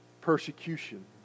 persecution